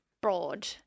broad